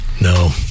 No